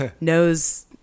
knows